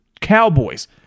Cowboys